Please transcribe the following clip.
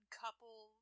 couple